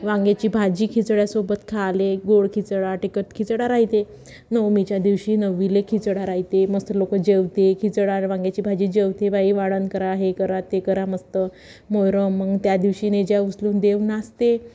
वांग्याची भाजी खिचड्यासोबत खाले गोड खिचडा तिखट खिचडा राहते नवमीच्या दिवशी नव्वीले खिचडा रायते मस्त लोकं जेवते खिचडा वांग्याची भाजी जेवते बाई वाढन करा हे करा ते करा मस्त मोहरम मग त्या दिवशी नेज्या उचलून देव नाचते